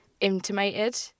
intimated